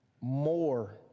more